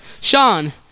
Sean